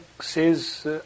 says